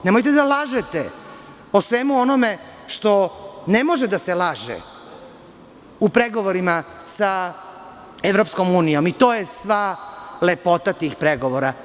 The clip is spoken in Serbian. Nemojte da lažete o svemu onome što ne može da se laže u pregovorima sa EU i to je sva lepota tih pregovora.